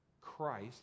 Christ